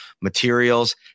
materials